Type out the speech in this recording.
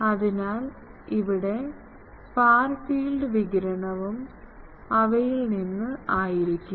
അതിനാൽ ഇവിടെ far field വികിരണവും അവയിൽ നിന്ന് ആയിരിക്കും